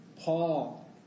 Paul